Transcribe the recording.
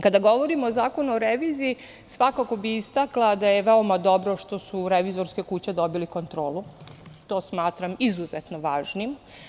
Kada govorimo o Zakonu o reviziji, svakako bih istakla da je veoma dobro što su revizorske kuće dobile kontrolu, to smatram izuzetno važnim.